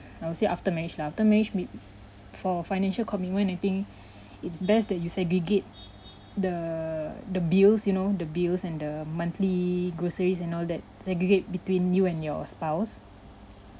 I would say after marriage lah after marriage for me for financial commitment I think it's best that you segregate the the bills you know the bills and the monthly groceries and all that segregate between you and your spouse